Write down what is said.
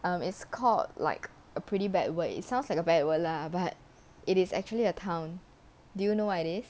um it's called like a pretty bad word it sounds like a bad word lah but it is actually a town do you know what it is